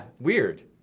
weird